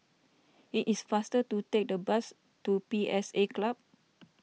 it is faster to take the bus to P S A Club